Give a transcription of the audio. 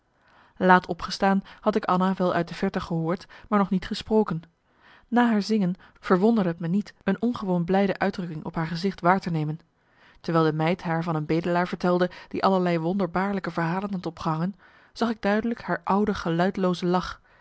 laat opgestaan had ik anna wel uit de verte gehoord maar nog niet gesproken na haar zingen verwonderde t me niet een ongewoon blijde uitdrukking op haar gezicht waar te nemen terwijl de meid haar van een bedelaar vertelde die allerlei wonderbaarlijke verhalen had opgehangen zag ik duidelijk haar oude geluidlooze lach